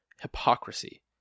hypocrisy